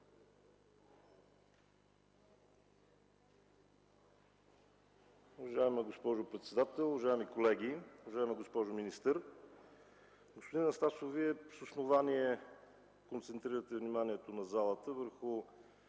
Уважаема госпожо председател, уважаеми колеги, уважаема госпожо министър! Господин Анастасов, Вие с основание концентрирате вниманието на залата върху